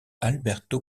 alberto